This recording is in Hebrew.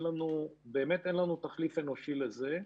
באמת אין לנו תחליף אנושי לזה.